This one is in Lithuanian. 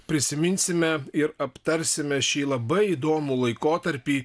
prisiminsime ir aptarsime šį labai įdomų laikotarpį